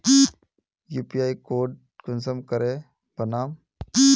UPI code कुंसम करे बनाम?